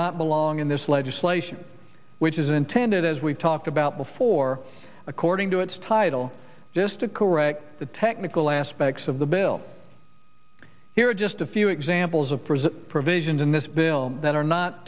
not belong in this legislation which is intended as we've talked about before according to its title just to correct the technical aspects of the bill here just a few examples of present provisions in this bill that are not